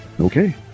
Okay